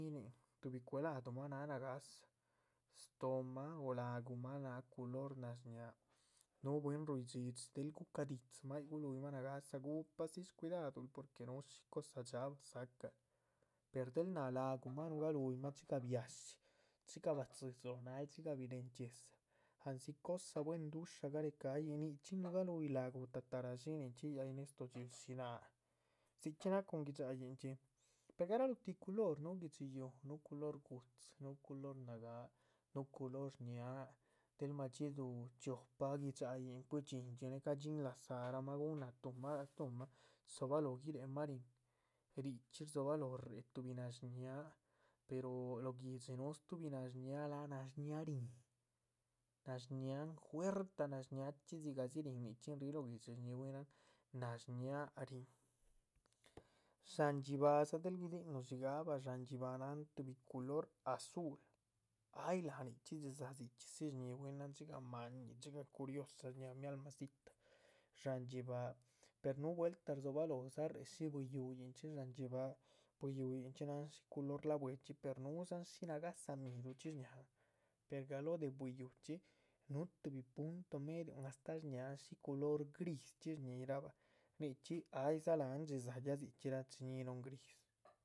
Nin tuhbi cue´l ladumah náh nagáhsa stóomah o laguhmah náh culor nashñáa, núh bwín rui dhxídxi del guca´di dzimah yíc, guluhyima nagáhsa, gupadzi shcuidaduluh. porque núhu shi cosa dxaaba dza´cahl, per del náh lagumah guluhyima dxigah biáhshi, dxigah badzi´dzi lóho náahal dxigah biren chxíedza andzi cosa buen dusha garecahá. yíc, nichxín nugaluyi lágumah, tatara´dxininchxi yíc ay néestodxil shí náac, dzichxí náha cun gui´dxayinhchxi, per garalóh tih culor núh guihdxi yuuh, núhu culor. gu´dzi, núhu culor nagáa, núh culor shñáaha, del ma´dxiduh chiopa gui´dxahyin cuidxíndxi néh ga´dxin la´zahma guhun náh tuhmah láac stuhmah dzobaloh guiréhmah ríhin. richxí rdzobaloho, réhe tuhbi nashñáaha pero lóh guihdxi núhu stuhbi shñáaha lác nashñáaha ríhin, nashñáahan juertah nashñáachxi dzigahdzi ríhin nichxí ríh lóh guihdxí. shñíhra bwínan nash náha ríhin, sháhan dxíbaha dza del guidihinuh dxíigahba sháhan dxíbaha náhan tuhbi culor azul, ay láha nichxí dhxizáa dzichxí dzi shñihi bwínan. dxigah ma´ñih dxigah curiosa shña´ha mialmacita, sháhan dxíbaha, per núhu vueltáh dzobaloho réhe shí bwíi yúuh yinchxí sháhan dxíbaha bwíi yúuh yinchxí náhan. shi culor la´bue chxí per núhudzan shí nagáhsa miduchxí shñáhan pero galóho de bwíi yúuh chxí núh tuhbi punto medion astáh shñáha shí culor grischxí shñihirahba nichxí. aydza láhan dhxizáa ya dzichxí rachi ñihinuhun gris